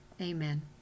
Amen